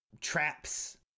traps